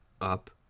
up